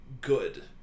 good